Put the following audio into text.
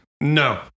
No